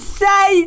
say